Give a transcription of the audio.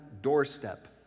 doorstep